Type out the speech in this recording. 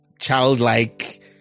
childlike